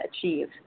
achieve